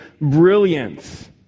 brilliance